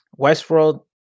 Westworld